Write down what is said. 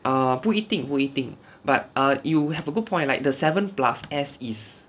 err 不一定不一定 but you have a good point like the seven plus S is